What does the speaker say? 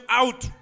out